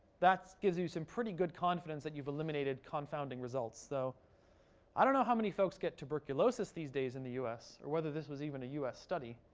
that gives you some pretty good confidence that you've eliminated confounding results. so i don't know how many folks get tuberculosis these days in the us, or whether this was even a us study,